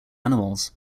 animals